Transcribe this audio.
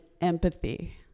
empathy